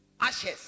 Ashes